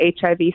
HIV